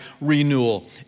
renewal